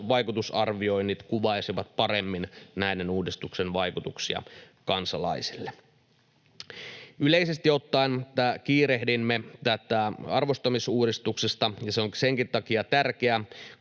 vaikutusarvioinnit kuvaisivat paremmin uudistuksen vaikutuksia kansalaisille. Yleisesti ottaen se, että kiirehdimme tätä arvostamisuudistusta, on senkin takia tärkeätä,